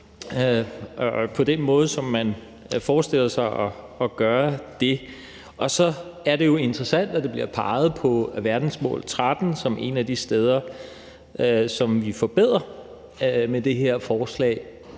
på den måde, som man forestiller sig at gøre det på. Og så er det jo interessant, at der bliver peget på verdensmål 13 som et af de steder, vi forbedrer med det her forslag.